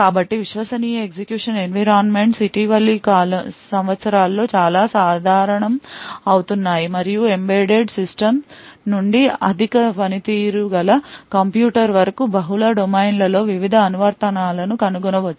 కాబట్టి విశ్వసనీయ execution environments ఇటీవలి సంవత్సరాలలో చాలా సాధారణం అవుతున్నాయి మరియు ఎంబెడెడ్ సిస్టమ్ నుండి అధిక పనితీరు గల కంప్యూటింగ్ వరకు బహుళ డొమైన్లలో వివిధ అనువర్తనాలను కనుగొనవచ్చు